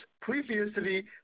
previously